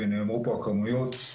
ונאמרו פה הכמויות,